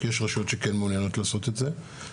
כי יש רשויות שכן מעוניינות לעשות את זה.